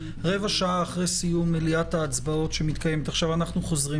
אחרי סיום מליאת ההצבעות - נמשיך.